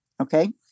Okay